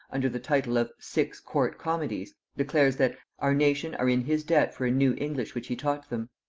under the title of sixe court comedies, declares that our nation are in his debt for a new english which he taught them.